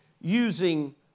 using